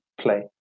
play